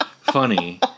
funny